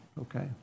Okay